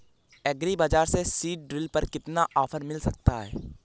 Agree बाजार से seed drill पर कितना ऑफर मिल सकता है?